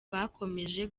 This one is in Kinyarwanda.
bakomeje